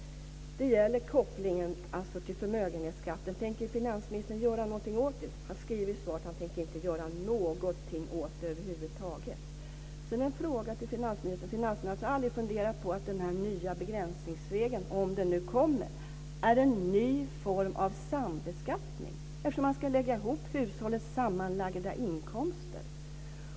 Det gäller kopplingen till förmögenhetsskatten. Tänker finansministern göra något åt det? Han skriver i svaret att han inte tänker göra något åt det över huvud taget. Sedan en annan fråga till finansministern. Finansministern har aldrig funderat på att den nya begränsningsregeln, om den nu kommer, är en ny form av sambeskattning eftersom man ska lägga ihop hushållens sammanlagda inkomster?